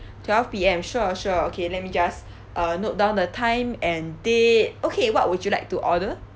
twelve P_M sure sure okay let me just uh note down the time and date okay what would you like to order